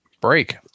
break